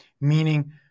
meaning